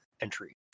entry